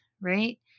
right